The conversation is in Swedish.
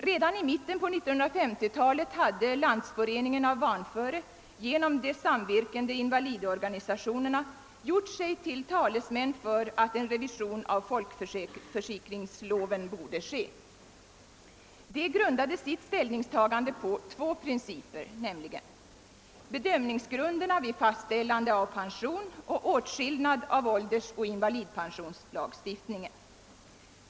Redan i mitten av 1950 talet hade Landsforeningen af vanfgre genom de samverkande invalidorganisationerna gjort sig till talesman för att en revision av folkeforsikringsloven borde ske. Föreningen grundade sitt ställningstagande på två principer: bedömningsgrunderna vid fastställande av pension och åtskillnad mellan åldersoch invalidpensionslagstiftningen.